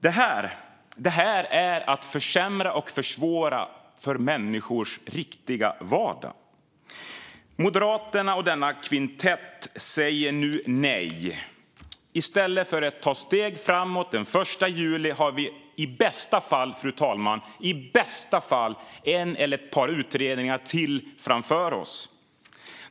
Det här är att försämra och försvåra människors riktiga vardag. Moderaterna och denna kvintett säger nu nej. I stället för att ta steg framåt den 1 juli har vi i bästa fall, fru talman, en eller ett par utredningar till framför oss.